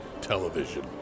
television